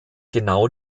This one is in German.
genau